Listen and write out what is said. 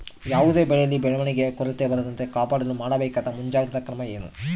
ಯಾವುದೇ ಬೆಳೆಯಲ್ಲಿ ಬೆಳವಣಿಗೆಯ ಕೊರತೆ ಬರದಂತೆ ಕಾಪಾಡಲು ಮಾಡಬೇಕಾದ ಮುಂಜಾಗ್ರತಾ ಕ್ರಮ ಏನು?